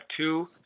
two